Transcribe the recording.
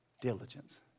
Diligence